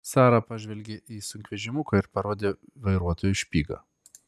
sara pažvelgė į sunkvežimiuką ir parodė vairuotojui špygą